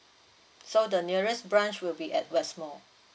so the nearest branch will be at west mall